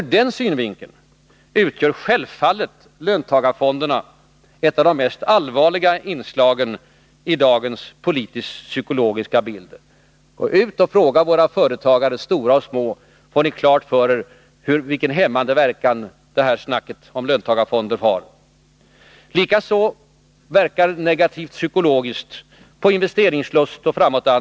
Ur den synvinkeln utgör självfallet löntagarfonderna ett av de mest allvarliga inslagen i dagens politiskt-psykologiska bild. Gå ut och fråga våra företagare — stora som små — så får ni klart för er vilken hämmande verkan snacket om löntagarfonder har.